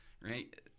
right